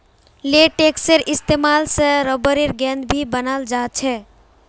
लेटेक्सेर इस्तेमाल से रबरेर गेंद भी बनाल जा छे